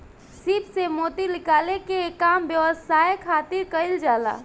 सीप से मोती निकाले के काम व्यवसाय खातिर कईल जाला